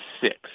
six